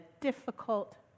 difficult